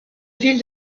ville